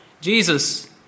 Jesus